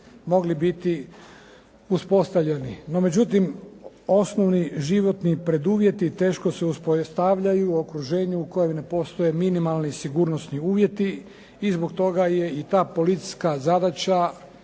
mogli biti uspostavljeni. No međutim, osnovni životi preduvjeti teško se uspostavljaju u okruženju u kojem ne postoje minimalni sigurnosni uvjeti i zbog toga je i ta policijska zadaća